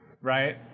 Right